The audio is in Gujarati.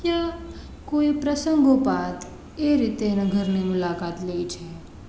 યા કોઈ પ્રંસગોપાત એ રીતે એનાં ઘરની મુલાકાત લે છે